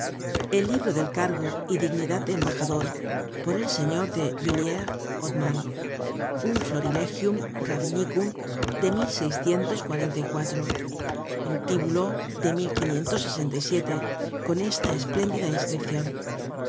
el libro del cargo y dignidad de embajador por el señor de villiers hotman un flori legium rabbinicum de un tibulo de con esta espléndida inscripcion